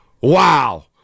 Wow